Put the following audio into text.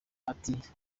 ati